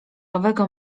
owego